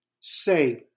say